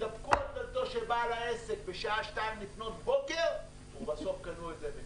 הידפקו על דלתו של בעל העסק בשעה 2:00 לפנות בוקר ובסוף קנו את זה מסין.